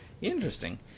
Interesting